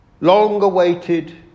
long-awaited